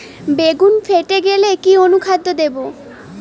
বেগুন ফেটে গেলে কি অনুখাদ্য দেবো?